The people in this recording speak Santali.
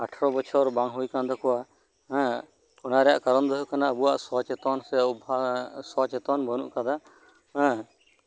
ᱟᱴᱷᱮᱨᱚ ᱵᱚᱪᱷᱚᱨ ᱵᱟᱝ ᱦᱳᱭ ᱟᱠᱟᱱ ᱛᱟᱠᱚᱣᱟ ᱦᱮᱸ ᱚᱱᱟ ᱨᱮᱭᱟᱜ ᱠᱟᱨᱚᱱ ᱫᱚ ᱦᱳᱭᱳᱜ ᱠᱟᱱᱟ ᱟᱵᱚᱣᱟᱜ ᱥᱚᱪᱮᱛᱚᱱ ᱥᱮ ᱚᱵᱷᱟᱥ ᱥᱚᱪᱮᱛᱚᱱ ᱵᱟᱹᱱᱩᱜ ᱟᱠᱟᱫᱟ ᱦᱮᱸ